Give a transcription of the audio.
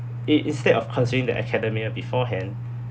i~ instead of considering the academia beforehand